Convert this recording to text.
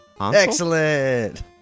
excellent